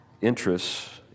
interests